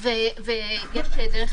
אני אומר דבר